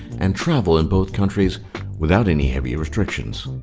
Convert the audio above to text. and travel in both countries without any heavy restrictions.